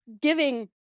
giving